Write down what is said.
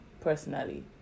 personally